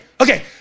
Okay